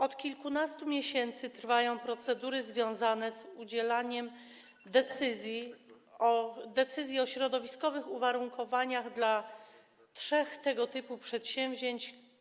Od kilkunastu miesięcy trwają procedury związane z wydaniem decyzji o środowiskowych uwarunkowaniach dla trzech tego typu przedsięwzięć.